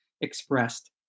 expressed